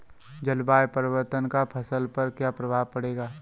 जलवायु परिवर्तन का फसल पर क्या प्रभाव पड़ेगा?